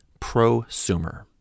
prosumer